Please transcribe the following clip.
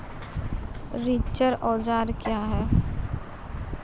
रिचर औजार क्या हैं?